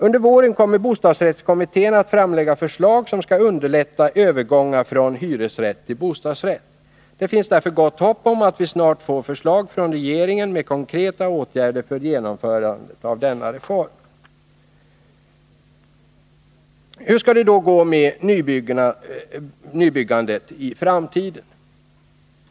Under våren kommer bostadsrättskommittén att framlägga förslag som skall underlätta övergångar från hyresrätt till bostadsrätt. Det finns därför gott hopp om att vi snart får förslag från regeringen med konkreta åtgärder för genomförandet av denna reform. Hur skall det då gå med nybyggandet i framtiden?